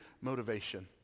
motivation